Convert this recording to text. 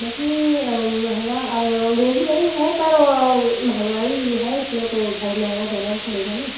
नही महंगा अंग्रेजी नही है पर महंगाई है इतना तो भाई महंगा देना ही पड़ेगा न